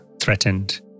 threatened